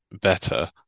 better